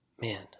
Man